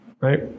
right